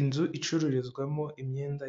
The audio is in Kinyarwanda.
Inzu icururizwamo imyenda